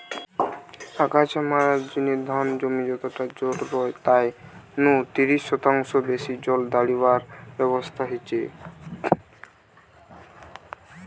আগাছা মারার জিনে ধান জমি যতটা জল রয় তাই নু তিরিশ শতাংশ বেশি জল দাড়িবার ব্যবস্থা হিচে